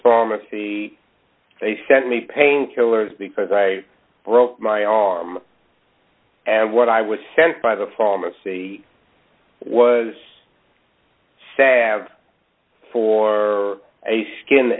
pharmacy they send me painkillers because i broke my arm and what i was sent by the pharmacy was sad for a skin